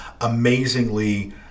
amazingly